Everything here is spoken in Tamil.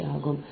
75 ஆகும்